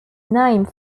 name